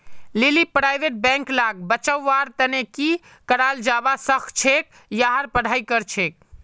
लीली private bank लाक बचव्वार तने की कराल जाबा सखछेक यहार पढ़ाई करछेक